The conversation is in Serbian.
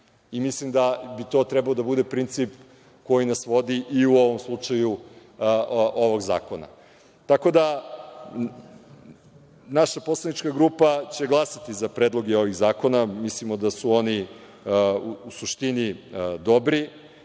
smanjimo. Mislim da bi to trebalo da bude princip koji nas vodi i u ovom slučaju, ovog zakona. Tako da, naša poslanička grupa će glasati za predloge ovih zakona. Mislimo da su oni u suštini dobri,